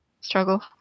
Struggle